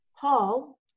Paul